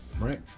right